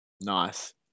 Nice